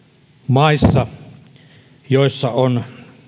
maissa joissa on